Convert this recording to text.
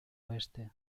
oeste